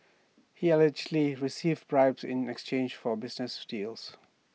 he allegedly received bribes in exchange for business deals